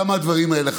כמה הדברים האלה חשובים,